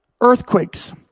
earthquakes